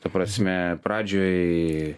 ta prasme pradžioj